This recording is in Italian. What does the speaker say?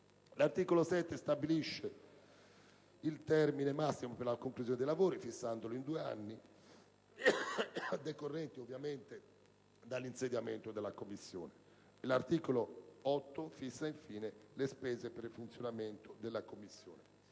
L'articolo 7 stabilisce il termine massimo per la conclusione dei lavori fissandolo in due anni con decorrenza dall'insediamento della Commissione. L'articolo 8 fissa, infine, le spese per il funzionamento della Commissione.